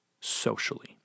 socially